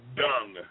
dung